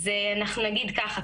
אז אנחנו נגיד ככה,